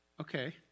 okay